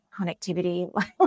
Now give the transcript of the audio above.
connectivity